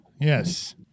Yes